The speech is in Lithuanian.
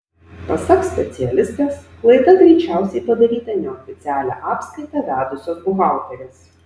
pasak specialistės klaida greičiausiai padaryta neoficialią apskaitą vedusios buhalterės